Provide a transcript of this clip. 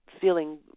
feeling